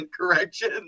correction